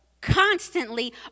constantly